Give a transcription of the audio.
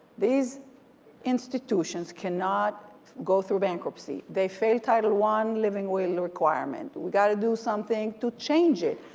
these institutions cannot go through bankruptcy. they fail title one living will requirement. we gotta do something to change it.